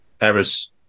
errors